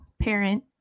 parent